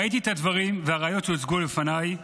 ראיתי את הדברים והראיות שהוצגו בפניי,